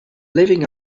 leaving